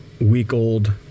week-old